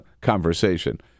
conversation